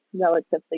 relatively